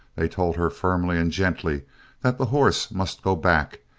they told her firmly and gently that the horse must go back,